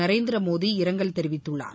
நரேந்திரமோடி இரங்கல் தெரிவித்துள்ளார்